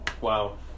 Wow